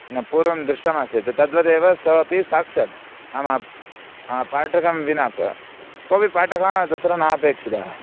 न पूर्वं दृष्टमासीत् तद्वदेव सोपि साक्षात् नाम पाठकं विना क कोपि पाटकः तत्र नापेक्षितः